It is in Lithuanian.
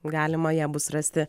galima ją bus rasti